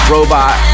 Robot